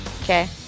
Okay